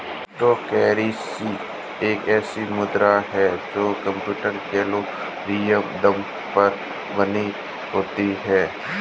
crypto currency एक ऐसी मुद्रा है जो कंप्यूटर एल्गोरिदम पर बनी होती है